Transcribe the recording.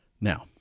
Now